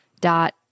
dot